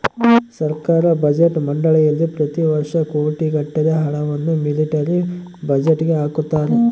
ಸರ್ಕಾರ ಬಜೆಟ್ ಮಂಡಳಿಯಲ್ಲಿ ಪ್ರತಿ ವರ್ಷ ಕೋಟಿಗಟ್ಟಲೆ ಹಣವನ್ನು ಮಿಲಿಟರಿ ಬಜೆಟ್ಗೆ ಹಾಕುತ್ತಾರೆ